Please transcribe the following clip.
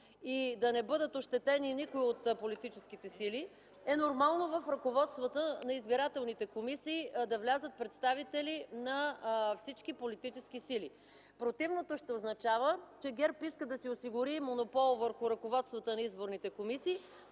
и да не бъдат ощетени никои от политическите сили, е нормално в ръководствата на избирателните комисии да влязат представители на всички политически сили. Противното ще означава, че ГЕРБ иска да си осигури монопол върху ръководствата на изборните комисии,